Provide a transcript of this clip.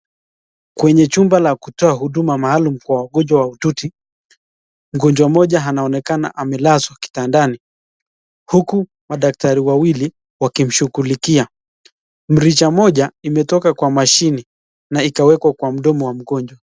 Kwenye chumba la kutoa huduma maalum kwa wagonjwa mahututi, mgonjwa mmoja anaonekana amelazwa kitandani huku madaktari wawili wakimshughulikia. Mrija moja imetoka kwa mashini na ikawekwa kwa mdomo wa mgonjwa.